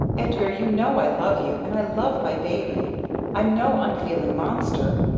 edgar! you know i love you. and i love my baby i'm no unfeeling monster!